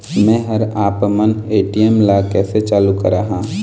मैं हर आपमन ए.टी.एम ला कैसे चालू कराहां?